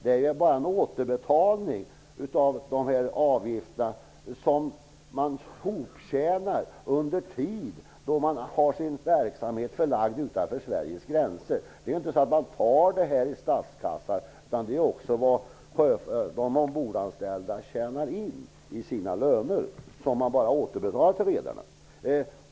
Det är bara en återbetalning av de avgifter som man hoptjänar under tid då man har sin verksamhet förlagd utanför Sveriges gränser. Man tar inte det här i statskassan, utan det är vad de ombordanställda tjänar in i sina löner och som man bara återbetalar till redarna.